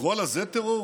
לקרוא לזה טרור?